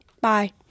bye